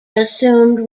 assumed